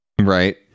Right